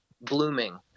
blooming